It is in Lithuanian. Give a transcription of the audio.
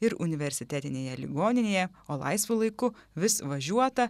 ir universitetinėje ligoninėje o laisvu laiku vis važiuota